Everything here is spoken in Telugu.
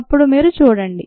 అప్పుడు మీరు చూడండి